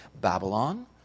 Babylon